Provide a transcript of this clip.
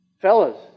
Fellas